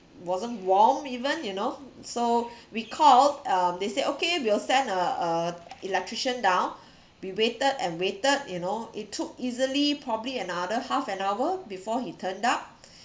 wasn't warm even you know so we called um they said okay we'll send a a electrician down we waited and waited you know it took easily probably another half an hour before he turned up